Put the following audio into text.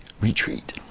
retreat